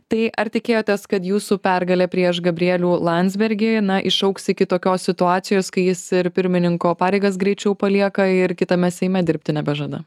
tai ar tikėjotės kad jūsų pergalė prieš gabrielių landsbergį na išaugs iki tokios situacijos kai jis ir pirmininko pareigas greičiau palieka ir kitame seime dirbti nebežada